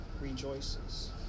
rejoices